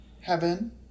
Heaven